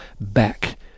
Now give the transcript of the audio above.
back